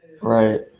Right